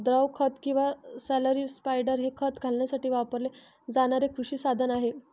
द्रव खत किंवा स्लरी स्पायडर हे खत घालण्यासाठी वापरले जाणारे कृषी साधन आहे